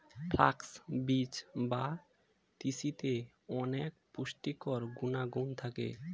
flax বীজ বা তিসিতে অনেক পুষ্টিকর গুণাগুণ থাকে